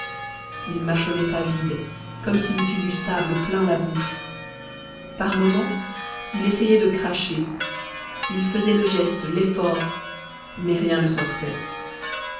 il mâchonnait à vide comme s'il eût eu du sable plein la bouche par moments il essayait de cracher il faisait le geste l'effort mais rien ne sortait